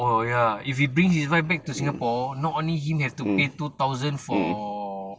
oh ya if he bring his wife back to singapore not only him have to pay two thousand for